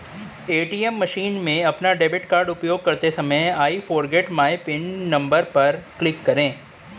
ATM machine में अपना debit card उपयोग करते समय I forget my pin number पर क्लिक करें